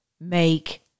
make